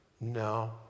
no